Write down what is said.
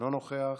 אינו נוכח.